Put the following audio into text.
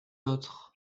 autres